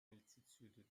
altitude